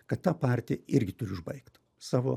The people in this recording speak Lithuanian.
kad ta partija irgi turi užbaigt savo